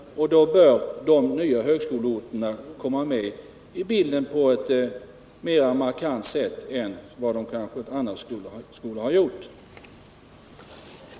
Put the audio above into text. Och då bör de nya högskoleorterna komma med i bilden på ett mer markant sätt än de kanske skulle ha gjort annars.